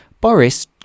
Boris